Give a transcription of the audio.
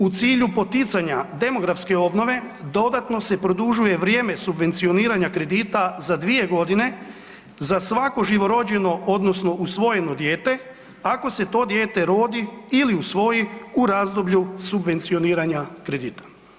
U cilju poticanja demografske obnove, dodatno se produžuje vrijeme subvencioniranja kredita za 2 godine za svako živorođeno, odnosno usvojeno dijete, ako se to dijete rodi ili usvoji u razdoblju subvencioniranja kredita.